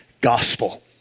gospel